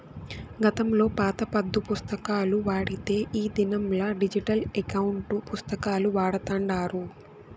గతంలో పాత పద్దు పుస్తకాలు వాడితే ఈ దినంలా డిజిటల్ ఎకౌంటు పుస్తకాలు వాడతాండారు